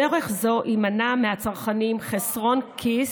בדרך זו יימנע מהצרכנים חסרון כיס,